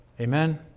Amen